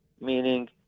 meaning